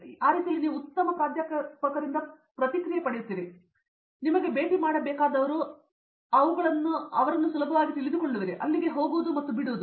ಆ ರೀತಿಯಲ್ಲಿ ನೀವು ಉತ್ತಮ ಪ್ರಾಧ್ಯಾಪಕರಿಂದ ನೀವು ಪ್ರತಿಕ್ರಿಯೆ ಪಡೆಯುತ್ತೀರಿ ನಿಮಗೆ ಭೇಟಿ ಮಾಡಬೇಕಾದವರು ಮತ್ತು ನೀವು ಅವುಗಳನ್ನು ಸುಲಭವಾಗಿ ತಿಳಿದುಕೊಳ್ಳುವಿರಿ ಅಲ್ಲಿಗೆ ಹೋಗುವುದು ಮತ್ತು ಬಿಡುವುದು ಹೇ